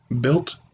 Built